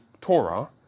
Torah